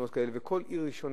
כדי להילחם